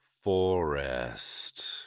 Forest